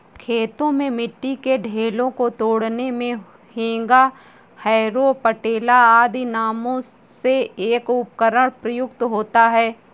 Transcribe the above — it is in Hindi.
खेतों में मिट्टी के ढेलों को तोड़ने मे हेंगा, हैरो, पटेला आदि नामों से एक उपकरण प्रयुक्त होता है